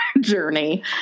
Journey